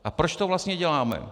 A proč to vlastně děláme?